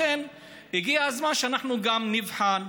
לכן הגיע הזמן שאנחנו גם נבחן,